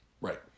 Right